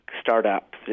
startup